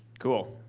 cool,